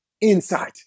inside